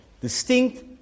Distinct